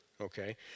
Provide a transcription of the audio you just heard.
okay